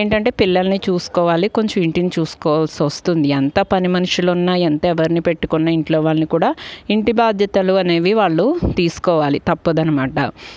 ఏంటంటే పిల్లల్ని చూసుకోవాలి కొంచం ఇంటిని చూసుకోవాల్సి వస్తుంది ఎంత పని మనుషులు ఉన్న ఎంత ఎవర్ని పెట్టుకున్న ఇంట్లో వాళ్ళని కూడా ఇంటి బాధ్యతలు అనేవి వాళ్ళు తీసుకోవాలి తప్పదనమాట